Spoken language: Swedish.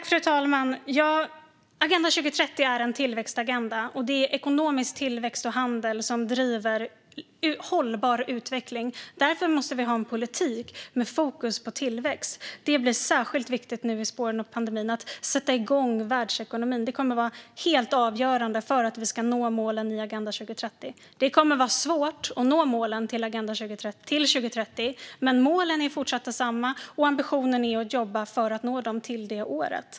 Fru talman! Agenda 2030 är en tillväxtagenda, och det är ekonomisk tillväxt och handel som driver hållbar utveckling. Därför måste vi ha en politik med fokus på tillväxt. Särskilt i spåren av pandemin blir det särskilt viktigt att sätta igång världsekonomin; det kommer att vara helt avgörande för att vi ska nå målen i Agenda 2030. Det kommer att vara svårt att nå målen till 2030, men målen är fortsatt desamma. Ambitionen är att jobba för att nå dem till det året.